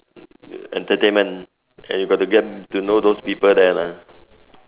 entertainment and you got to get to know all those people there lah